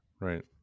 Right